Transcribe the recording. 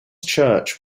church